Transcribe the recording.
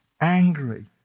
angry